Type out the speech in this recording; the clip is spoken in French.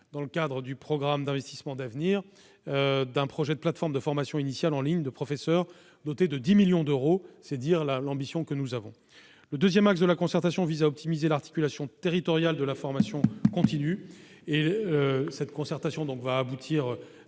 dans le cadre du programme d'investissements d'avenir, d'un projet de plateforme de formation initiale en ligne de professeurs doté de 10 millions d'euros- c'est dire l'ambition que nous avons. Le deuxième axe de la concertation vise à optimiser l'articulation territoriale de la formation continue et aboutira